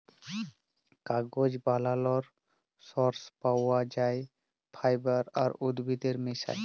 কাগজ বালালর সর্স পাউয়া যায় ফাইবার আর উদ্ভিদের মিশায়